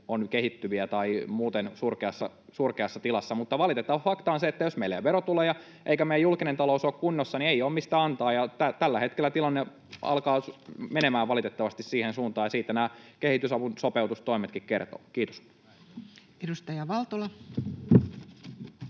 ovat kehittyviä tai muuten surkeassa tilassa. Mutta valitettava fakta on se, että jos meillä ei ole verotuloja eikä meidän julkinen talous ole kunnossa, niin ei ole, mistä antaa, ja tällä hetkellä tilanne alkaa menemään valitettavasti siihen suuntaan. Siitä nämä kehitysavun sopeutustoimetkin kertovat. — Kiitos. Edustaja Valtola.